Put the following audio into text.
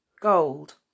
gold